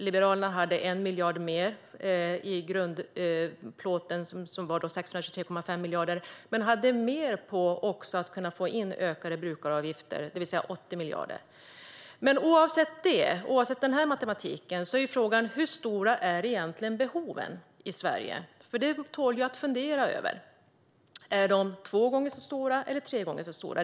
Liberalerna hade 1 miljard mer i grundplåten, det vill säga 623,5 miljarder, och även mer på att få in ökade brukaravgifter, det vill säga 80 miljarder. Oavsett denna matematik är frågan hur stora behoven är i Sverige. Det tål att fundera över. Är de två gånger så stora eller tre gånger så stora?